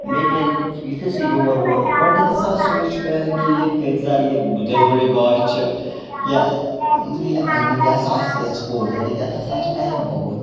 لیکِن یُتھُے سُہ یور ووت گۄڈنٮ۪تھ ہَسا سوٗنٛچ مےٚ کہِ یہِ پِتزا یہِ ڈِلؤری باے چھِ یہِ ییٚلہِ یہِ اَنہِ یہِ ہَسا آسہِ یَژکول یعنی کہِ اَتھ ہَسا آسہِ ٹایم گوٚمُت